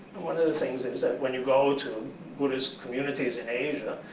and one of the things is that when you go to buddhist communities in asia,